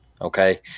okay